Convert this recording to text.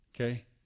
Okay